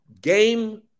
Game